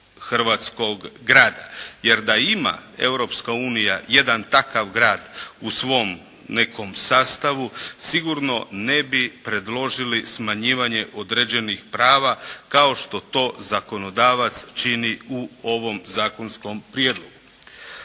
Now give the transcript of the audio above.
hrvatskog grada. Jer da ima Europska unija jedan takav grad u svom nekom sastavu, sigurno ne bi predložili smanjivanje određenih prava kao što to zakonodavac čini u ovom zakonskom prijedlogu.